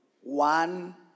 one